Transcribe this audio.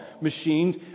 machines